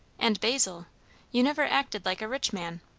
and basil you never acted like a rich man.